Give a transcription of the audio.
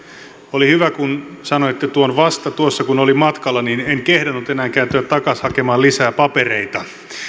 oli hyvä kun sanoitte tuon vasta tuossa kun olin matkalla niin en kehdannut enää kääntyä takaisin hakemaan lisää papereita